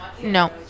No